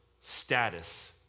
status